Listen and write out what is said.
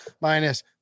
minus